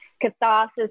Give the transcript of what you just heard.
catharsis